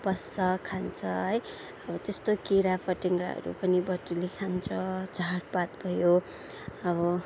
बस्छ खान्छ है अब त्यस्तो किरा फट्याङ्ग्राहरू पनि बटुली खान्छ झारपात भयो अब